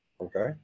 okay